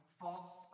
false